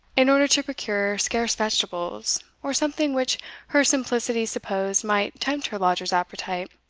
in order to procure scarce vegetables, or something which her simplicity supposed might tempt her lodger's appetite,